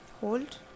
hold